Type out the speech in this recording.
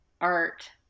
art